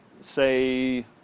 say